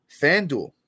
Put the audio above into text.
FanDuel